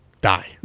die